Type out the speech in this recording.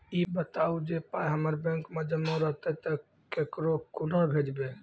ई बताऊ जे पाय हमर बैंक मे जमा रहतै तऽ ककरो कूना भेजबै?